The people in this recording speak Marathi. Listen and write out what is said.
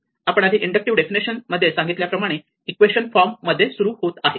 आपण आधी इंडक्टिव्ह डेफिनेशन मध्ये सांगितल्याप्रमाणे इक्वेशन फॉर्म मध्ये सुरुवात होत आहे